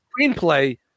screenplay